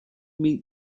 meet